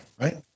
right